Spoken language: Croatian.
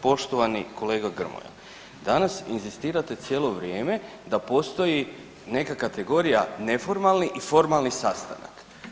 Poštovani kolega Grmoja danas inzistirate cijelo vrijeme da postoji neka kategorija neformalni i formalni sastanak.